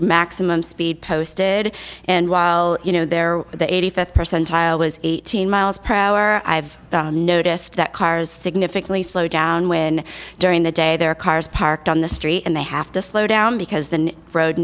maximum speed posted and while you know there the eighty fifth percentile was eighteen miles per hour i have noticed that cars significantly slow down when during the day there are cars parked on the street and they have to slow down because the road